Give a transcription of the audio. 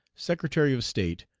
secretary of state,